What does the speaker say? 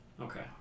Okay